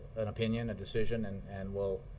an opinion, a decision, and and we'll